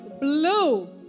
blue